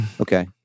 Okay